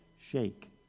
shake